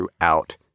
throughout